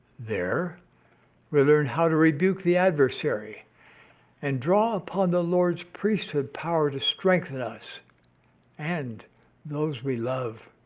there we learn how to rebuke the adversary and draw upon the lord's priesthood power to strengthen us and those we love.